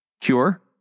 cure